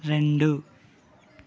రెండు